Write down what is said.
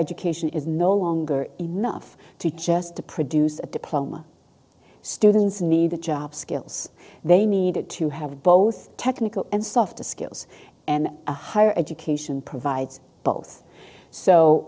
education is no longer enough to just produce a diploma students need the job skills they needed to have both technical and soft skills and a higher education provides both so